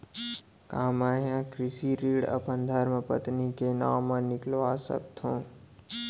का मैं ह कृषि ऋण अपन धर्मपत्नी के नाम मा निकलवा सकथो?